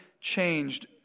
changed